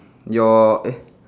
your eh